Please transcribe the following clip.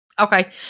Okay